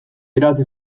irabazi